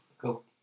cool